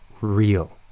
real